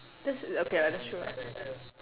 that's err okay lah hat's true lah